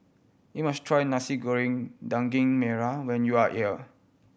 you must try Nasi Goreng Daging Merah when you are here